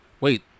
Wait